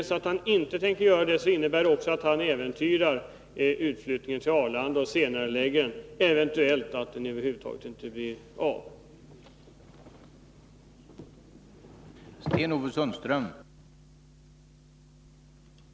Tänker han inte göra det, innebär det också att han äventyrar utflyttningen till Arlanda på så sätt att den blir senarelagd eller eventuellt inte blir av alls.